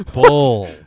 bull